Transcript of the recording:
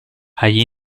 agli